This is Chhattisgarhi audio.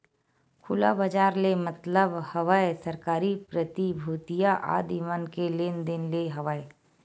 खुला बजार ले मतलब हवय सरकारी प्रतिभूतिया आदि मन के लेन देन ले हवय